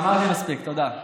אמרתי מספיק, תודה.